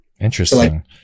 Interesting